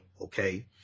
Okay